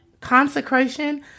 Consecration